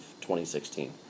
2016